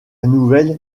nouvelle